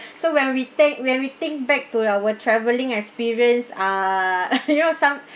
so when we take when we think back to our travelling experience ah you know some